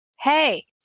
hey